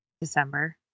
December